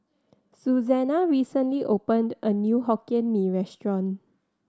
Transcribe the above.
Suzanna recently opened a new Hokkien Mee restaurant